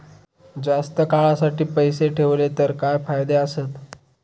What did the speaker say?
जास्त काळासाठी पैसे ठेवले तर काय फायदे आसत?